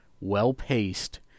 well-paced